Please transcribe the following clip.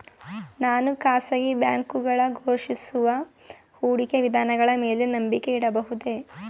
ನಾನು ಖಾಸಗಿ ಬ್ಯಾಂಕುಗಳು ಘೋಷಿಸುವ ಹೂಡಿಕೆ ವಿಧಾನಗಳ ಮೇಲೆ ನಂಬಿಕೆ ಇಡಬಹುದೇ?